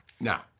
Now